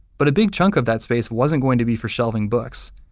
but a big chunk of that space wasn't going to be for shelving books.